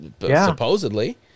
supposedly